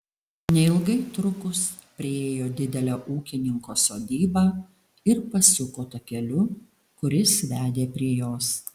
neilgai trukus priėjo didelę ūkininko sodybą ir pasuko takeliu kuris vedė prie jos